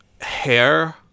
hair